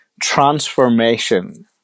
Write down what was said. transformation